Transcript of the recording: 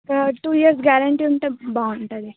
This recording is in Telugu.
ఇంకా టూ ఇయర్స్ గ్యారెంటీ ఉంటే బాగుంటుంది